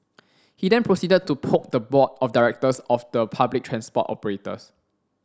he then proceeded to poke the board of directors of the public transport operators